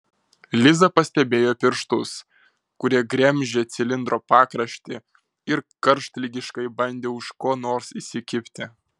liza pastebėjo pirštus kurie gremžė cilindro pakraštį ir karštligiškai bandė už ko nors įsikibti